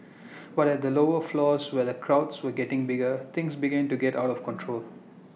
but at the lower floors where the crowds were getting bigger things began to get out of control